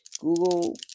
Google